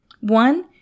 One